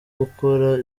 gukora